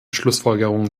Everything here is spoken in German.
schlussfolgerungen